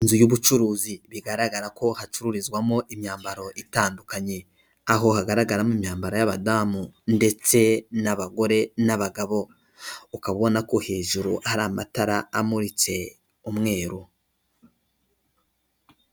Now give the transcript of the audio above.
Inzu y'ubucuruzi bigaragara ko hacururizwamo imyambaro itandukanye, aho hagaragaramo imyambaro y'abadamu ndetse n'abagore n'abagabo, ukaba ubonako hejuru hari amatara amuritse umweru.